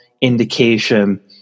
indication